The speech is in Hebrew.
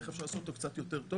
איך אפשר לעשות אותו קצת יותר טוב,